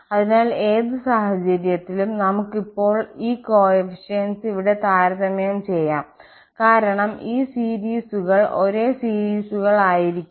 അതിനാൽ ഏത് സാഹചര്യത്തിലും നമുക്ക് ഇപ്പോൾ ഈ ഗുണകങ്ങൾ ഇവിടെ താരതമ്യം ചെയ്യാം കാരണം ഈ സീരീസുകൾ ഒരേ സീരീസുകൾ ആയിരിക്കണം